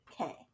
Okay